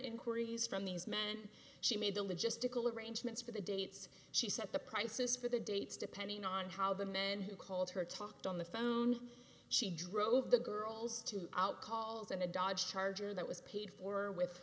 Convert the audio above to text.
inquiries from these men she made the logistical arrangements for the dates she set the prices for the dates depending on how the men who called her talked on the phone she drove the girls to out calls in a dodge charger that was paid for with